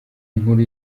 nkuru